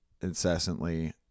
incessantly